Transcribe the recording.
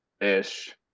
ish